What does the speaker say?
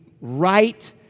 right